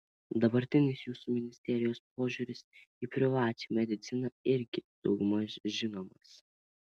dabartinis jūsų ministerijos požiūris į privačią mediciną irgi daugmaž žinomas